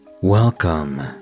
Welcome